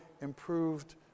improved